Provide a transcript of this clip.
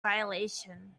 violation